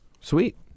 Sweet